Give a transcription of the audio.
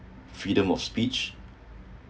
freedom of speech